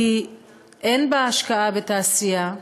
כי אין בה השקעה בתעשייה,